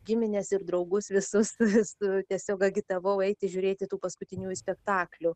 gimines ir draugus visus tiesiog agitavau eiti žiūrėti tų paskutiniųjų spektaklių